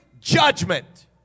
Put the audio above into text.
judgment